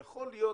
יכול להיות